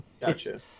gotcha